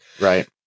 right